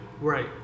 right